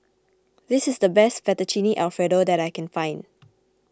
this is the best Fettuccine Alfredo that I can find